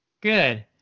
Good